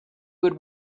would